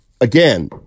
Again